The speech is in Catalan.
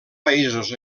països